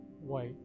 white